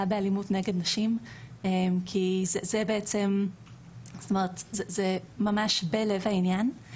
באלימות נגד נשים כי זה ממש בלב העניין.